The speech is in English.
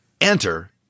Enter